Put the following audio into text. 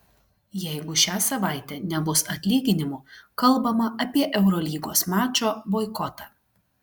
jeigu šią savaitę nebus atlyginimų kalbama apie eurolygos mačo boikotą